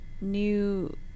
new